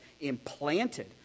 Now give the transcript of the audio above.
implanted